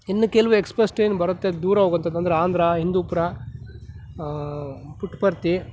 ಇನ್ನು ಕೆಲವು express train ಬರುತ್ತೆ ದೂರ ಹೋಗುವಂಥದ್ದು ಅಂದರೆ ಆಂಧ್ರ ಹಿಂದೂಪುರ ಪುಟ್ಟಪರ್ತಿ